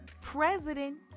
President